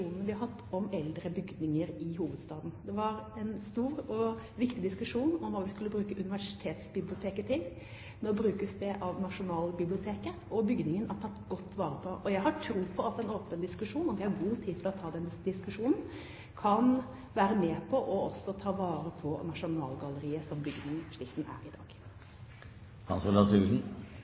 vi har hatt om eldre bygninger i hovedstaden. Det var en stor og viktig diskusjon om hva vi skulle bruke Universitetsbiblioteket til. Nå brukes det av Nasjonalbiblioteket, og bygningen er tatt godt vare på. Jeg har tro på at en åpen diskusjon – og vi har god tid til å ta den diskusjonen – kan være med på også å ta vare på Nasjonalgalleriet som bygning slik den er i